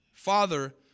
Father